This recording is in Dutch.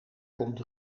komt